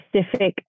specific